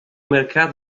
mercado